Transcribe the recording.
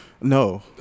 No